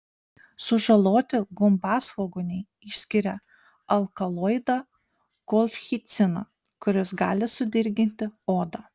sužaloti gumbasvogūniai išskiria alkaloidą kolchiciną kuris gali sudirginti odą